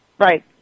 Right